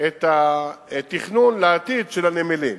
את התכנון לעתיד של הנמלים.